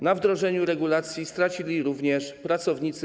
Na wdrożeniu regulacji stracili również pracownicy.